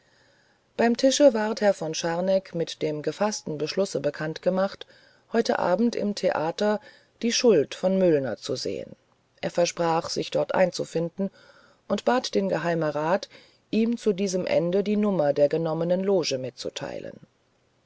beim tische ward herr von scharneck mit dem gefaßten beschlusse bekannt gemacht heut abend im theater die schuld von müllner zu sehen er versprach sich dort einzufinden und bat den geheimerat ihm zu diesem ende die nummer der genommenen loge mitzuteilen